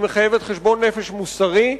היא מחייבת חשבון נפש מוסרי,